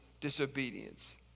disobedience